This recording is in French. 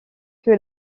que